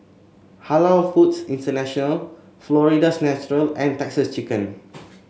Halal Foods International Florida's Natural and Texas Chicken